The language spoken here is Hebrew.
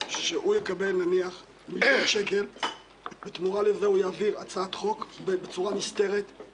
לי שאני טועה בנושא הזה זו היועצת המשפטית של הוועדה.